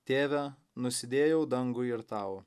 tėve nusidėjau dangui ir tau